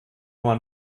mann